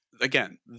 again